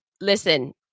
Listen